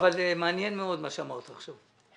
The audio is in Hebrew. מעניין מאוד מה שאמרת עכשיו.